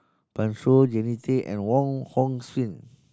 Pan Shou Jannie Tay and Wong Hong Suen